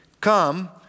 Come